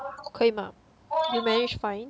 可以吗 you manage to find